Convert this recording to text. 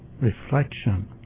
reflection